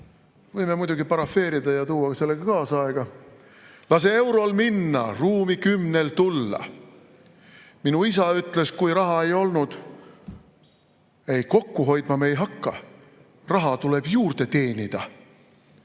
võime muidugi parafraseerida ja tuua selle kaasaega: "Lase eurol minna, ruumi kümnel tulla." Minu isa ütles, kui raha ei olnud: "Ei, kokku hoidma me ei hakka, raha tuleb juurde teenida."